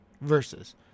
versus